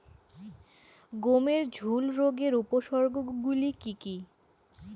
গমের ঝুল রোগের উপসর্গগুলি কী কী?